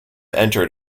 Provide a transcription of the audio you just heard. entered